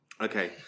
Okay